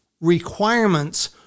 requirements